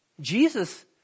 Jesus